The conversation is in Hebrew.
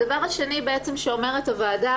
הדבר השני בעצם שאומרת הוועדה,